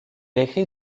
écrit